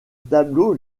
tableau